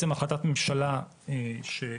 לכן, החלטת הממשלה שעברה,